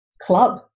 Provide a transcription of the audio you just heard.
club